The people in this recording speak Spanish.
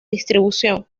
distribución